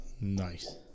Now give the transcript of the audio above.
Nice